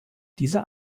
dieser